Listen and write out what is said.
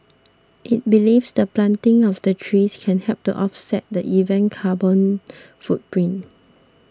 it believes the planting of the trees can help to offset the event carbon footprint